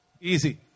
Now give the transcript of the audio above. Easy